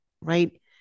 right